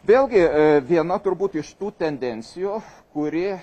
vėlgi viena turbūt iš tų tendencijų kuri